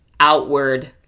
outward